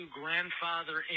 grandfather